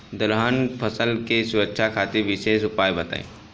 दलहन फसल के सुरक्षा खातिर विशेष उपाय बताई?